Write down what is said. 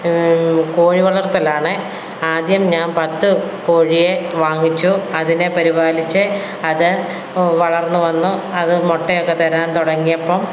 കോഴി വളർത്തലാണ് ആദ്യം ഞാൻ പത്തു കോഴിയെ വാങ്ങിച്ചു അതിനെ പരിപാലിച്ച് അത് വളർന്നു വന്നു അതു മുട്ടയൊക്കെ തരാൻ തുടങ്ങിയപ്പം